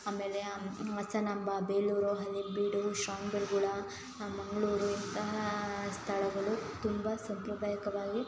ಆಮೇಲೆ ಹಾಸನಾಂಬ ಬೇಲೂರು ಹಳೆಬೀಡು ಶ್ರವಣಬೆಳಗೊಳ ಮಂಗಳೂರು ಸ್ಥಳಗಳು ತುಂಬ ಸಾಂಪ್ರದಾಯಿಕವಾಗಿ